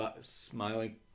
smiling